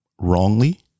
wrongly